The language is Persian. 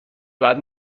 بعد